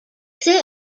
sick